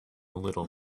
little